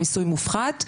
מיסוי מופחת,